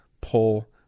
pull